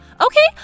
okay